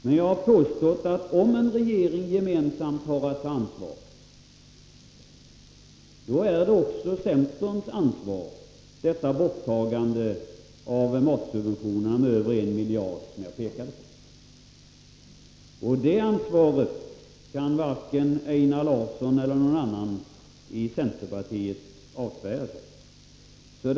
Men jag har påstått att om en regering samfällt har att ta ansvar, är också centern ansvarig för det borttagande av matsubventioner med över en miljard kronor som jag pekade på. Det ansvaret kan varken Einar Larsson eller någon annan i centerpartiet avsäga sig.